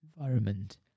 environment